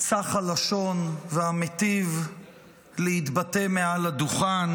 צח הלשון והמיטיב להתבטא מעל הדוכן.